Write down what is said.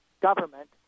government